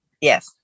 Yes